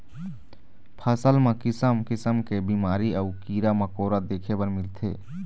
फसल म किसम किसम के बिमारी अउ कीरा मकोरा देखे बर मिलथे